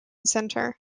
center